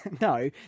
No